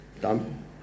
done